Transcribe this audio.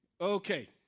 Okay